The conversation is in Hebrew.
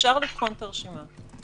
אפשר לבחון את הרשימה.